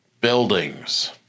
buildings